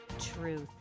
truth